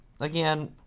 again